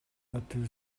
atu